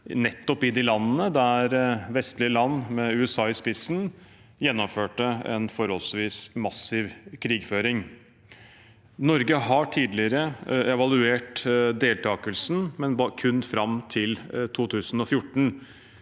nettopp i de landene der vestlige land, med USA i spissen, gjennomførte en forholdsvis massiv krigføring. Norge har tidligere evaluert deltakelsen, men kun fram til 2014.